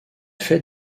fait